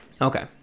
Okay